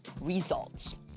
results